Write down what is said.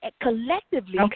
collectively